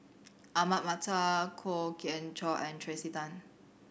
Ahmad Mattar Kwok Kian Chow and Tracey Tan